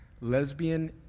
lesbian